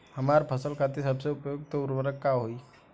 हमार फसल खातिर सबसे उपयुक्त उर्वरक का होई?